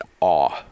awe